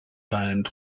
band